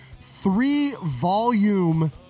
three-volume